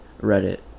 Reddit